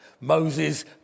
Moses